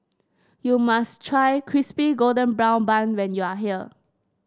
you must try Crispy Golden Brown Bun when you are here